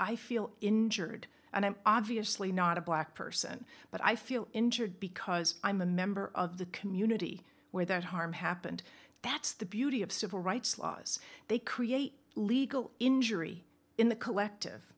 i feel injured and i'm obviously not a black person but i feel injured because i'm a member of the community where that harm happened that's the beauty of civil rights laws they create legal injury in the collective